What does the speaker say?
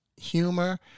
humor